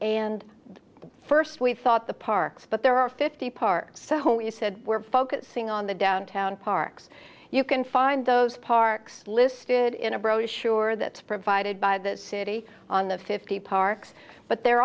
and first we thought parks but there are fifty parts so we said we're focusing on the downtown parks you can find those parks listed in a brochure that's provided by that city on the fifty parks but they're